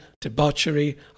debauchery